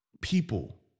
People